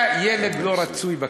אתה ילד לא רצוי בכיתה.